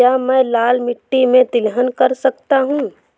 क्या मैं लाल मिट्टी में तिलहन कर सकता हूँ?